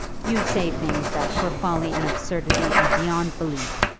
you say things that for folly and absurdity are beyond belief.